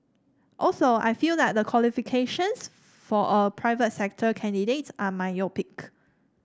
also I feel that the qualifications for a private sector candidate are myopic